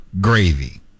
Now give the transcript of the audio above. Gravy